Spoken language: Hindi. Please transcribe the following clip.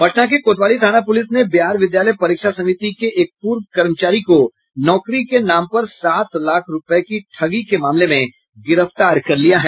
पटना के कोतवाली थाना पुलिस ने बिहार विद्यालय परीक्षा समिति के एक पूर्व कर्मचारी को नौकरी के नाम पर सात लाख रूपये की ठगी के मामले में गिरफ्तार कर लिया है